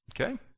Okay